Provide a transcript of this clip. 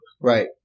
Right